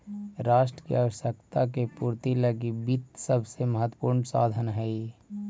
राष्ट्र के आवश्यकता के पूर्ति लगी वित्त सबसे महत्वपूर्ण साधन हइ